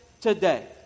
today